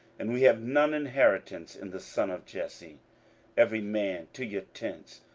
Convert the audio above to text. and we have none inheritance in the son of jesse every man to your tents,